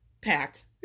packed